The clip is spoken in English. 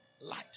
Light